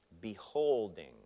Beholding